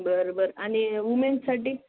बरं बरं आणि वुमेन्साठी